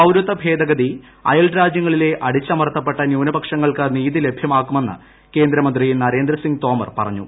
പൌരത്വ ഭേദഗതി അയൽ രാജ്യങ്ങളിലെ അടിച്ചമർത്തപ്പെട്ട ന്യൂനപക്ഷങ്ങൾക്ക് നീതി ലഭ്യമാക്കുമെന്ന് കേന്ദ്രമന്ത്രി നരേന്ദ്ര സിംഗ് തോമർ പറഞ്ഞു